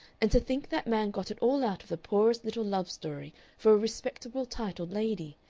and to think that man got it all out of the poorest little love-story for a respectable titled lady!